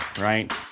right